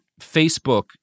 Facebook